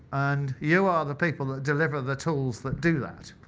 and you are the people that deliver the tools that do that.